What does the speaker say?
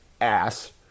ass